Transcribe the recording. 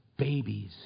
babies